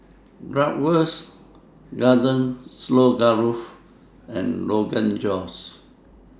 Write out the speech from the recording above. Bratwurst Garden Stroganoff and Rogan Josh